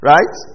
Right